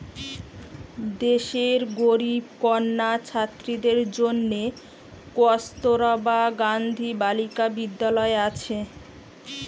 দেশের গরিব কন্যা ছাত্রীদের জন্যে কস্তুরবা গান্ধী বালিকা বিদ্যালয় আছে